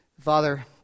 Father